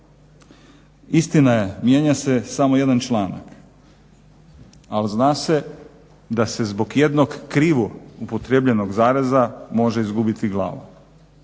Istina je mijenja se samo jedan članak, ali zna se da se zbog jednog krivo upotrijebljenog zareza može izgubiti glava.